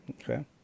okay